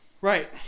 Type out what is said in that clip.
Right